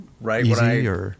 Right